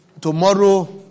Tomorrow